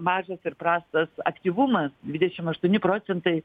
mažas ir prastas aktyvumas dvidešimt aštuoni procentai